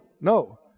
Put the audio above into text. no